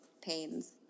pains